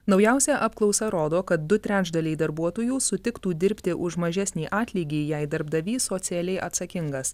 naujausia apklausa rodo kad du trečdaliai darbuotojų sutiktų dirbti už mažesnį atlygį jei darbdavys socialiai atsakingas